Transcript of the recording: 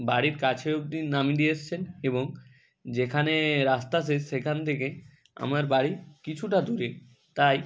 বাড়ির কাছে অব্দি নামিয়ে দিয়ে এসছেন এবং যেখানে রাস্তা শেষ সেখান থেকে আমার বাড়ি কিছুটা দূরে তাই